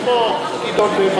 כמו גדעון,